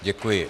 Děkuji.